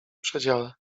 przedziale